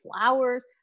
flowers